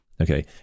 Okay